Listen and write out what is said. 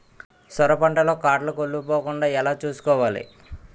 సొర పంట లో కాడలు కుళ్ళి పోకుండా ఎలా చూసుకోవాలి?